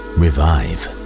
revive